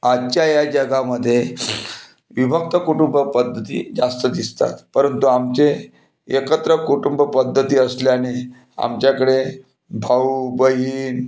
आजच्या या जगामध्ये विभक्त कुटुंब पद्धती जास्त दिसतात परंतु आमचे एकत्र कुटुंब पद्धती असल्याने आमच्याकडे भाऊ बहीण